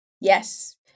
Yes